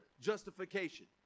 justification